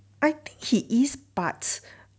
I think he is but